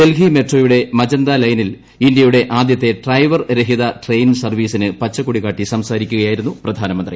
ഡൽഹി മെട്രോയുടെ മജന്ത ലൈന്നിൽ ഇന്ത്യയുടെ ആദ്യത്തെ ഡ്രൈവർ രഹിത ട്രെയിൻ സർവീസിന് പച്ചക്കൊടി കാട്ടി സംസാരിക്കുകയായിരുന്നു പ്രധാനമന്ത്രി